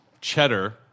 cheddar